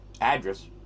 Address